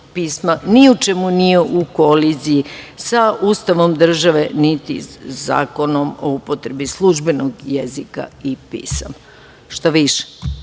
ni u čemu nije u koliziji sa Ustavom države, niti sa Zakonom o upotrebi službenog jezika i pisma. Šta više,